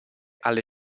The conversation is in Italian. alle